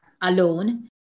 alone